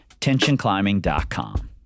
Tensionclimbing.com